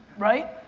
right?